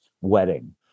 wedding